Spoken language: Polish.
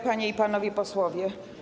Panie i Panowie Posłowie!